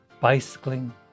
bicycling